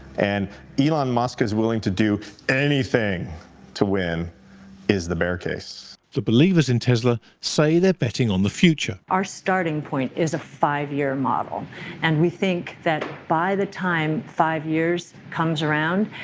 and elon musk is willing to do anything to win is the bear case. the believers in tesla say they're betting on the future. our starting point is a five year model and we think that by the time five years comes around,